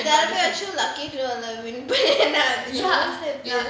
lucky பண்ணுனா:pannuna